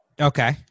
Okay